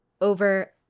Over